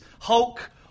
Hulk